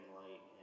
light